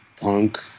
punk